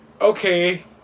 okay